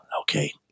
okay